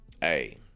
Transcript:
Hey